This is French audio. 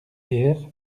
hier